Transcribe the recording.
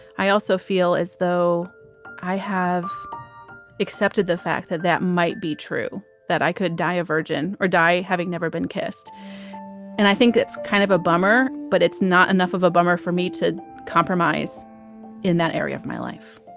i also feel as though i have accepted the fact that that might be true, that i could die a virgin or die having never been kissed and i think that's kind of a bummer, but it's not enough of a bummer for me to compromise in that area of my life